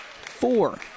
four